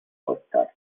oscar